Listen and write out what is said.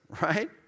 Right